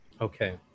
Okay